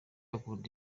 akunda